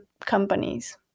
companies